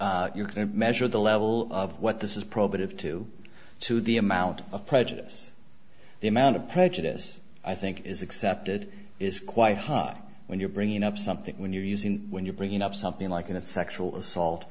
so you're going to measure the level of what this is probative to to the amount of prejudice the amount of prejudice i think is accepted is quite high when you're bringing up something when you're using when you're bringing up something like in a sexual assault